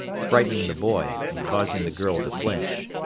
frightening the boy and causing the girl to flinch.